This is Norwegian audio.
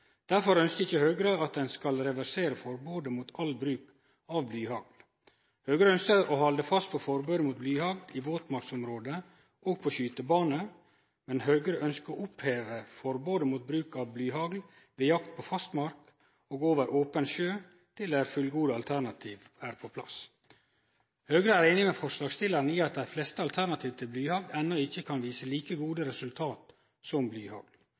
Derfor ønskjer ikkje Høgre at ein skal reversere forbodet mot all bruk av blyhagl. Høgre ønskjer å halde fast på forbodet mot blyhagl i våtmarksområde og på skytebaner, men Høgre ønskjer å oppheve forbodet mot bruk av blyhagl ved jakt på fastmark og over open sjø til det fullgode alternativ er på plass. Høgre er einig med forslagsstillarane i at dei fleste alternativa til blyhagl ennå ikkje kan vise til like gode resultat som